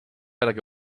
better